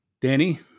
Danny